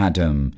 Adam